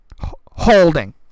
Holding